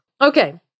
Okay